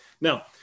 Now